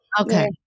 okay